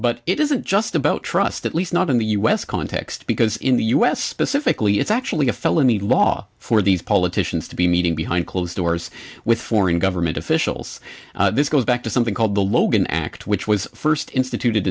but it isn't just about trust at least not in the u s context because in the u s specifically it's actually a felony law for these poll titian's to be meeting behind closed doors with foreign government officials this goes back to something called the logan act which was first instituted